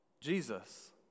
Jesus